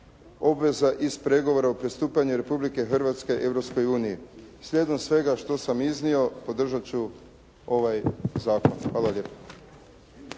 obveza iz pregovora o pristupanju Republike Hrvatske Europskoj uniji. Slijedom svega što sam iznio, podržati ću ovaj zakon. Hvala lijepa.